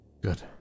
Good